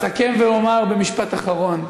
אסכם ואומר במשפט אחרון: